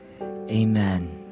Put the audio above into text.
Amen